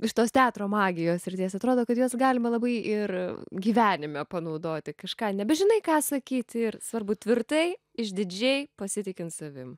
iš tos teatro magijos srities atrodo kad juos galima labai ir gyvenime panaudoti kažką nebežinai ką sakyti ir svarbu tvirtai išdidžiai pasitikint savim